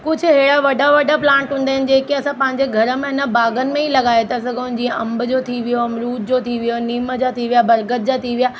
कुझु अहिड़ा वॾा वॾा प्लांट हूंदा आहिनि जेके असां पंहिंजे घर में न बाग़नि में ई लॻाए था सघूं जीअं अंब जो थी वियो अमरुद जो थी वियो नीम जा थी विया बरगद जा थी विया